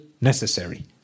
necessary